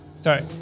Sorry